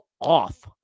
off